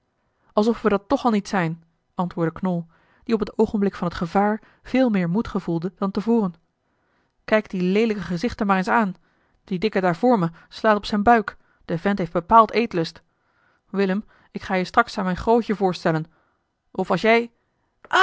alsof we dat toch al niet zijn antwoordde knol die op het oogenblik van het gevaar veel meer moed gevoelde dan te voren kijk die leelijke gezichten maar eens aan die dikke daar voor me slaat op zijn buik de vent heeft bepaald eetlust willem ik ga je straks aan mijn grootje voorstellen of als jij